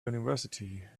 university